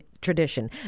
tradition